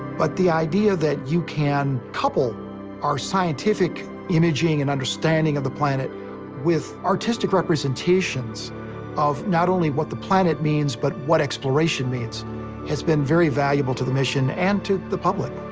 but the idea that you can couple our scientific imaging and understanding of the planet with artistic representations of not only what the planet means but what exploration means has been very valuable to the mission and to the public.